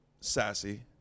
sassy